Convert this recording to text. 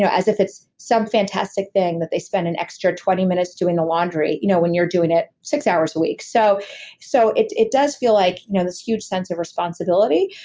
so as if it's some fantastic thing that they spent an extra twenty minutes doing the laundry, you know when you're doing it six hours a week so so it it does feel like you know this huge sense of responsibility,